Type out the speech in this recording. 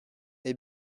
est